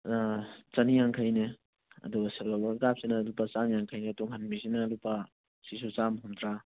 ꯆꯅꯤꯌꯥꯡꯈꯩꯅꯦ ꯑꯗꯨꯒ ꯁꯤꯜꯚꯔ ꯀꯥꯞꯁꯤꯅ ꯂꯨꯄꯥ ꯆꯥꯝꯌꯥꯡꯈꯩꯅꯦ ꯇꯨꯡꯍꯟꯕꯤꯁꯤꯅ ꯂꯨꯄꯥ ꯁꯤꯁꯨ ꯆꯥꯝꯃ ꯍꯨꯝꯗ꯭ꯔꯥ